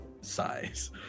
size